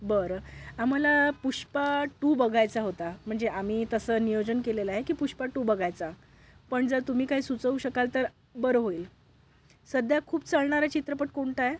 बरं आम्हाला पुष्पा टू बघायचा होता म्हणजे आम्ही तसं नियोजन केलेलं आहे की पुष्पा टू बघायचा पण जर तुम्ही काही सुचवू शकाल तर बरं होईल सध्या खूप चालणारा चित्रपट कोणता आहे